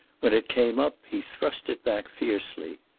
when it came up he thrust it back fiercely.